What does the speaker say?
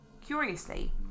Curiously